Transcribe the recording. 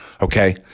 Okay